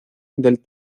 del